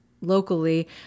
locally